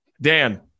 Dan